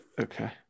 Okay